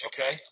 Okay